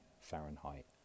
Fahrenheit